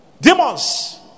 Demons